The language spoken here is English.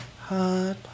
Hot